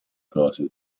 cose